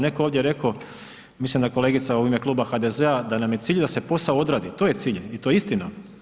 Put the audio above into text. Netko je ovdje reko, mislim da kolegica u ime Kluba HDZ-a da nam je cilj da se posao odradi, to je cilj i to je istina.